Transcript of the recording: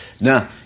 Now